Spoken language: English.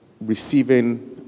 receiving